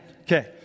Okay